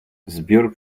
zbiór